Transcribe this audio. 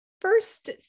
first